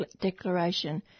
Declaration